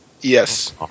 Yes